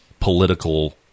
political